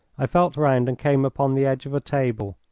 i felt round and came upon the edge of a table.